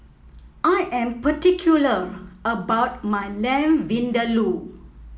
I am particular about my Lamb Vindaloo